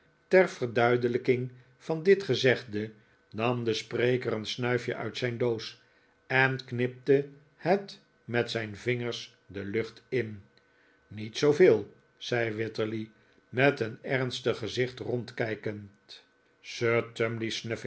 ter verduidelijking van dit gezegde nam de spreker een snuifje uit zijn doos en knipte het met zijn vingers de lucht in niet zooveel zei wititterly met een ernstig gezicht rondkijkend